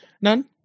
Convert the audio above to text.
None